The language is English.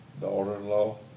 daughter-in-law